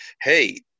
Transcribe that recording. hey